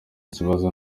ikibazo